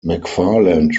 mcfarland